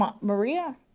Maria